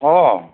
অঁ